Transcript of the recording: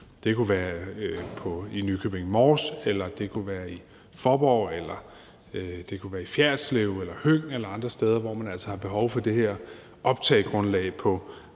det kunne være i Nykøbing Mors, eller det kunne være i Faaborg, Fjerritslev eller Høng eller andre steder, hvor man altså har behov for det her optagegrundlag på